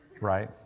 right